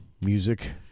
Music